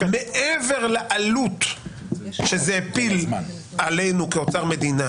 מעבר לעלות שזה הפיל עלינו כאוצר מדינה